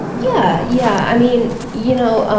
yeah yeah, i mean, you know,